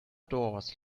doors